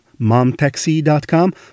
MomTaxi.com